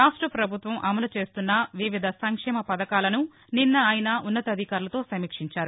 రాష్ట ప్రభుత్వం అమలు చేస్తున్న వివిధ సంక్షేమ పథకాలను నిన్న ఆయన ఉ న్నతాధికారులతో సమీక్షించారు